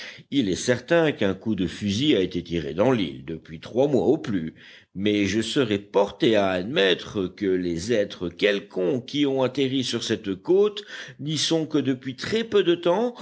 il est certain qu'un coup de fusil a été tiré dans l'île depuis trois mois au plus mais je serais porté à admettre que les êtres quelconques qui ont atterri sur cette côte n'y sont que depuis très peu de temps